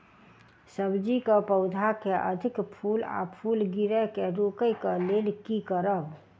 सब्जी कऽ पौधा मे अधिक फूल आ फूल गिरय केँ रोकय कऽ लेल की करब?